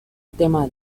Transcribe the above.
tema